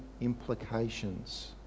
implications